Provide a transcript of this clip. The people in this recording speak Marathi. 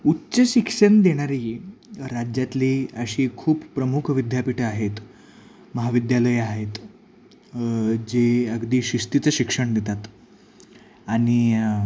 उच्चशिक्षण देणारी राज्यातली अशी खूप प्रमुख विद्यापीठं आहेत महाविद्यालयं आहेत जे अगदी शिस्तीचं शिक्षण देतात आणि